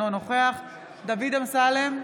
אינו נוכח דוד אמסלם,